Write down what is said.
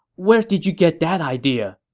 where did you get that idea?